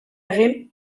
egin